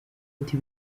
ati